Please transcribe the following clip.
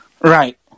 Right